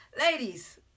Ladies